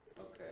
Okay